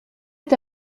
est